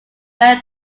bear